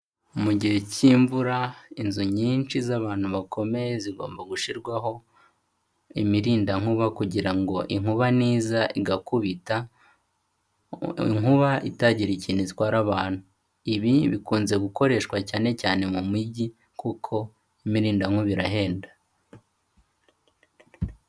Mu gihe cy'imvura inzu nyinshi z'abantu bakomeye zigomba gushyirwaho imirindankuba, kugira ngo inkuba niza igakubita, inkuba itagira ikintu itwara abantu. Ibi bikunze gukoreshwa cyane cyane mu mijyi, kuko imirindankuba irahenda.